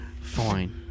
Fine